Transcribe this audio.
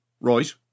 Right